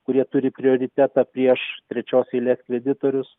kurie turi prioritetą prieš trečios eilės kreditorius